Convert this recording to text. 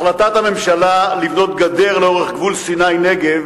החלטת הממשלה לבנות גדר לאורך גבול סיני נגב